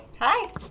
Hi